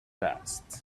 passed